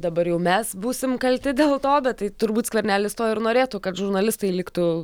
dabar jau mes būsim kalti dėl to bet tai turbūt skvernelis to ir norėtų kad žurnalistai liktų